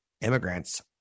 immigrants